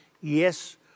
yes